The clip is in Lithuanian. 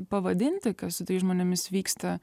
pavadinti kas su tais žmonėmis vyksta